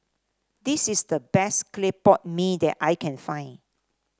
this is the best Clay Pot Mee that I can find